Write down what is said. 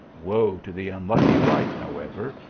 wo to the unlucky wight, however,